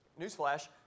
newsflash